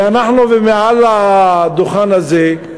ואנחנו, מעל הדוכן הזה,